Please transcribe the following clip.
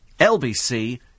LBC